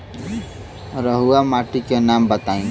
रहुआ माटी के नाम बताई?